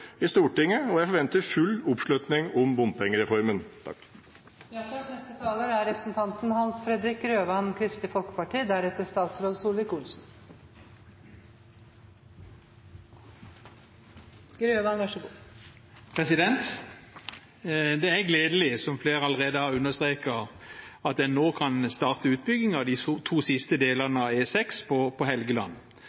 i Stortinget, og jeg forventer full oppslutning om den. Det er, som flere allerede har understreket, gledelig at en nå kan starte utbygging av de to siste delene av E6 på Helgeland,